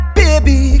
baby